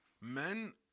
men